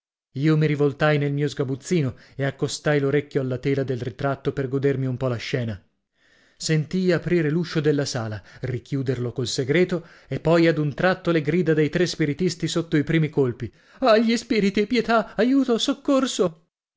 io mi rivoltai nel mio sgabuzzino e accostai l'orecchio alla tela del ritratto per godermi un po la scena sentii aprire l'uscio della sala richiuderlo col segreto e poi ad un tratto le grida dei tre spiritisti sotto i primi colpi ah gli spiriti pietà aiuto soccorso